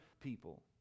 people